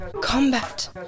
combat